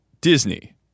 Disney